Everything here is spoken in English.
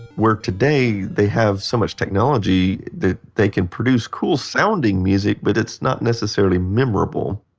where today, they have so much technology that they could produce cool sounding music but it's not necessarily memorable